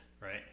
right